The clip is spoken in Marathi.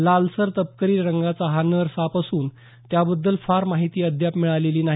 लालसर तपकिरी रंगाचा हा नर साप असून त्याबद्दल फार माहिती अद्याप मिळालेली नाही